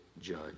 judge